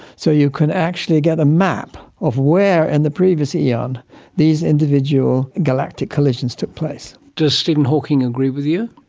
so you can actually get a map of where in and the previous eon these individual galactic collisions took place. does stephen hawking agree with you?